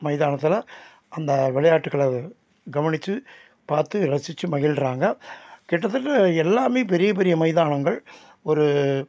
மைதானத்தில் அந்த விளையாட்டுக்களை கவனித்து பார்த்து ரசித்து மகிழ்கிறாங்க கிட்டத்தட்ட எல்லாம் பெரிய பெரிய மைதானங்கள் ஒரு